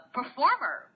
performer